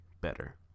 better